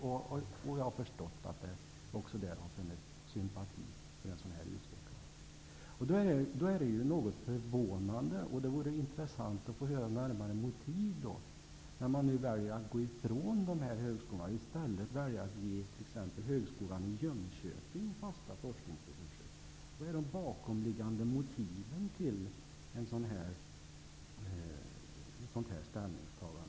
Jag har förstått att det även där har funnits sympatier för en sådan här utveckling. Då är det något förvånande -- och det vore intressant att få höra närmare motiv till detta -- när man nu väljer att gå ifrån de här högskolorna och i stället ger t.ex. Högskolan i Jönköping fasta forskningsresurser. Vilka är de bakomliggande motiven till ett sådant ställningstagande?